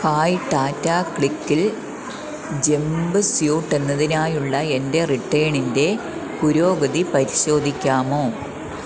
hi Tata ക്ലിക്കിൽ jumpsuit എന്നതിനായുള്ള എൻ്റെ റിട്ടേണിൻ്റെ പുരോഗതി പരിശോധിക്കാമോ